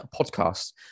Podcast